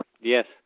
Yes